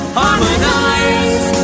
harmonize